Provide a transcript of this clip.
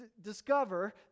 discover